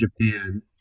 Japan